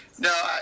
No